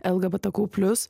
lgbtq plius